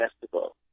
festival